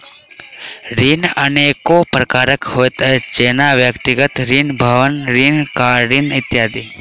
ऋण अनेको प्रकारक होइत अछि, जेना व्यक्तिगत ऋण, भवन ऋण, कार ऋण इत्यादि